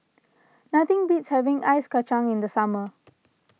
nothing beats having Ice Kachang in the summer